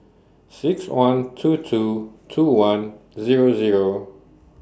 six one two two two one Zero Zero